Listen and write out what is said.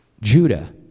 Judah